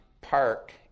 Park